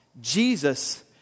Jesus